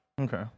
Okay